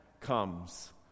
comes